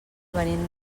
venim